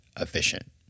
efficient